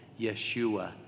Yeshua